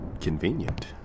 convenient